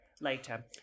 later